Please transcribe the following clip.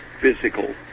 physical